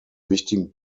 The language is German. wichtigen